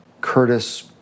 Curtis